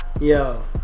Yo